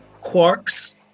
quarks